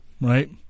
right